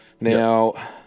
now